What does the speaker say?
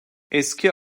eski